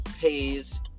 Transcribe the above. pays